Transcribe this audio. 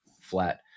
flat